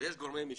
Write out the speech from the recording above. ויש גורמי משיכה.